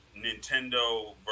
Nintendo